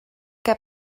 què